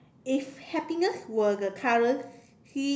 if happiness were the currency